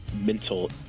mental